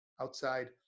outside